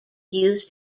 used